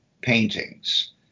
paintings